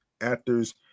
actors